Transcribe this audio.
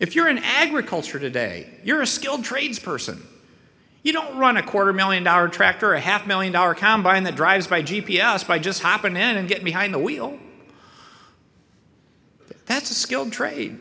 if you're in agriculture today you're a skilled trades person you don't run a quarter million dollar tractor a half million dollar combine that drives by g p s by just happen in get behind the wheel that's a skilled trade